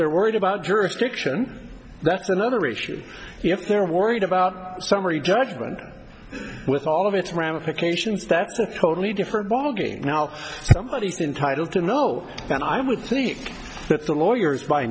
they're worried about jurisdiction that's another issue if they're worried about summary judgment with all of its ramifications that's a totally different ballgame now somebody entitle to know and i would think that the lawyers by